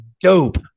dope